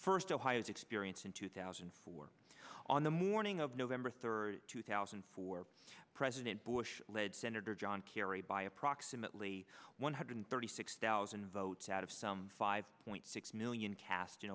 first ohio's experience in two thousand and four on the morning of november third two thousand for president bush led senator john kerry by approximately one hundred thirty six thousand votes out of some five point six million cast in